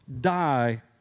die